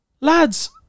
lads